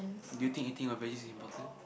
do you think eating your veges is important